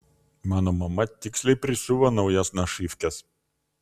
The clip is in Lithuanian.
mano mama tiksliai prisiuvo naujas našyvkes